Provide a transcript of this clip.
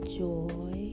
joy